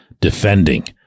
defending